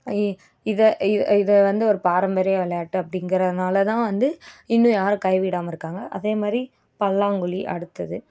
இ இதை இதை வந்து ஒரு பாரம்பரிய விளையாட்டு அப்படிங்கிறனால தான் வந்து இன்னும் யாரும் கை விடாமல் இருக்காங்க அதேமாதிரி பல்லாங்குழி அடுத்தது